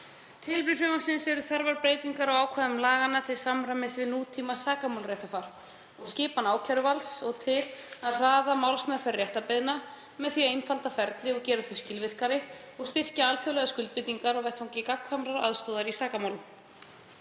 Tilefni frumvarpsins eru þarfar breytingar á ákvæðum laganna til samræmis við nútímasakamálaréttarfar og skipan ákæruvalds og til að hraða málsmeðferð réttarbeiðna með því að einfalda ferli og gera þau skilvirkari og styrkja alþjóðlegar skuldbindingar á vettvangi gagnkvæmrar aðstoðar í sakamálum.